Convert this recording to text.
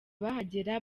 bahagera